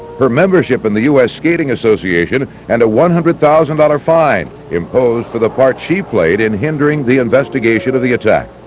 her membership in the u s. skating association and a one hundred thousand dollars fine imposed for the part she played in hindering the investigation of the attack.